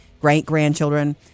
great-grandchildren –